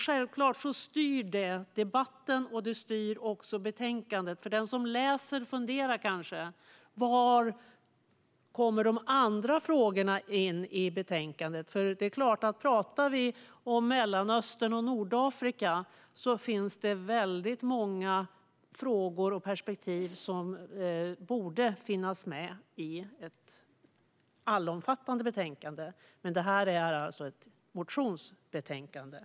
Självklart styr det debatten och även betänkandet, för den som läser undrar kanske var de andra frågorna kommer in i betänkandet. Det är klart att talar vi om Mellanöstern och Nordafrika finns det väldigt många frågor och perspektiv som borde finnas med i ett allomfattande betänkande. Men det här är alltså ett motionsbetänkande.